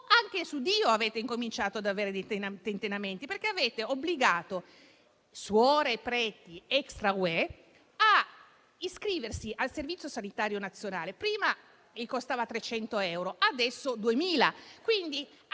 anche su Dio avete cominciato ad avere dei tentennamenti perché avete obbligato suore e preti extra-UE a iscriversi al Servizio sanitario nazionale, che prima costava loro 300 euro, mentre